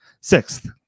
Sixth